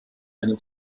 einen